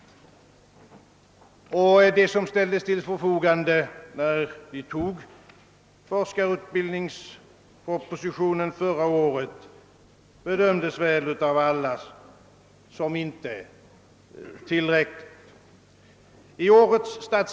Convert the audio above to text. De resurser, som ställdes till förfogande, när vi antog forskarutbildningspropositionen förra året, bedömdes väl av alla som inte tillräckliga.